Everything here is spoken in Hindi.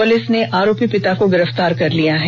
पुलिस ने आरोपी पिता को गिरफ्तार कर लिया है